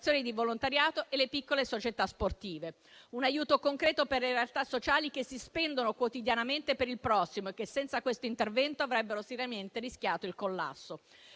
di volontariato e le piccole società sportive; un aiuto concreto per le realtà sociali che si spendono quotidianamente per il prossimo e che, senza questo'ntervento, avrebbero seriamente rischiato il collasso.